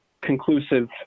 conclusive